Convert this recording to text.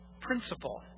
principle